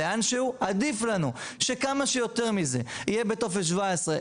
עדיף לנו שכמה שיותר מזה יהיה בטופס 17,